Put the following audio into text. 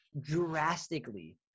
drastically